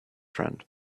friend